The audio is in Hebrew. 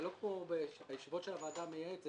הישיבות של הוועדה המייעצת,